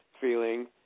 feeling